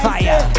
Fire